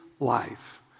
Life